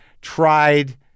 tried